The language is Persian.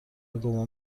گمان